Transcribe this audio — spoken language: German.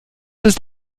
ist